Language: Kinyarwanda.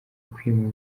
kwima